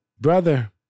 brother